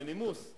זה נימוס.